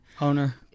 Owner